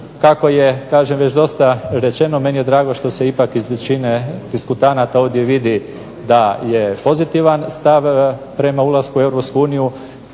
Kako je kažem već dosta rečeno meni je drago što se ipak iz većine diskutanata ovdje vidi da je pozitivan stav prema ulasku u